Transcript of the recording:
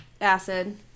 acid